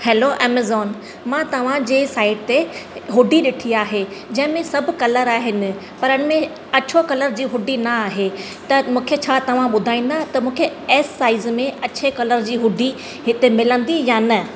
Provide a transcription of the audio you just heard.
hello Amazon मां मां तव्हां जे साईट ते हुड्डी ॾिठी आहे जंहिं में सभु कलर आहिनि पर इन में अछो कलर जी हुड्डी न आहे त मूंखे छा तव्हां ॿुधाईंदा त मूंखे एस साईज़ में अछे कलर जी हुड्डी हिते मिलंदी या न